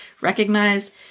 recognized